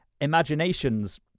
Imagination's